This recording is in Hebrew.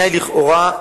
לכאורה.